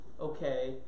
Okay